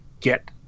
get